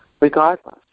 regardless